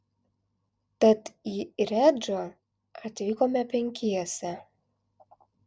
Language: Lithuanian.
tad į redžą atvykome penkiese